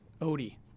Odie